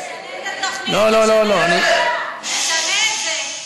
תשנה את זה.